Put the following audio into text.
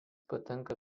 patenka